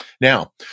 now